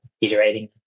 iterating